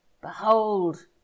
behold